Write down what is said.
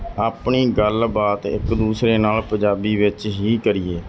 ਆਪਣੀ ਗੱਲਬਾਤ ਇੱਕ ਦੂਸਰੇ ਨਾਲ ਪੰਜਾਬੀ ਵਿੱਚ ਹੀ ਕਰੀਏ